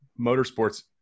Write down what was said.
motorsports